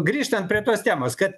grįžtant prie tos temos kad